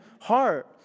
heart